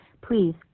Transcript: please